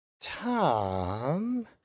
Tom